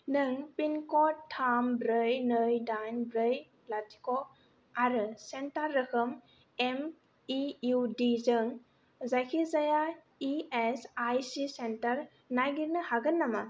नों पिनक'ड थाम ब्रै नै दाइन ब्रै लाथिख' आरो सेन्टार रोखोम एम इ इउ डि जों जायखिजाया E S I C centre नागिरनो हागोन नामा